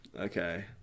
Okay